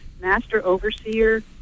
master-overseer